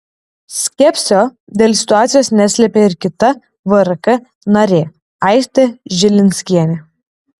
skepsio dėl situacijos neslėpė ir kita vrk narė aistė žilinskienė